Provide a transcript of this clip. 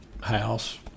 house